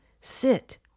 sit